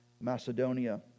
Macedonia